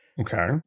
Okay